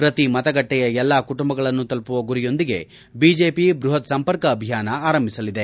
ಪ್ರತಿ ಮತಗಟ್ಟೆಯ ಎಲ್ಲಾ ಕುಟುಂಬಗಳನ್ನು ತಲುಪುವ ಗುರಿಯೊಂದಿಗೆ ಬಿಜೆಪಿ ಬೃಹತ್ ಸಂಪರ್ಕ ಅಭಿಯಾನ ಆರಂಭಿಸಲಿದೆ